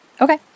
Okay